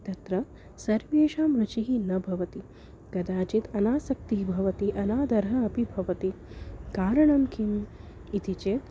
तत्र सर्वेषां रुचिः न भवति कदाचित् अनासक्तिः भवति अनादरः अपि भवति कारणं किम् इति चेत्